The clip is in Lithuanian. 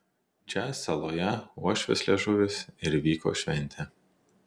čia saloje uošvės liežuvis ir vyko šventė